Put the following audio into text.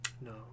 No